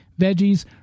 veggies